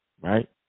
right